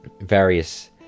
various